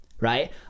Right